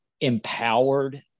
empowered